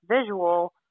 visual